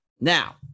Now